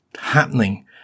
happening